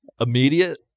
immediate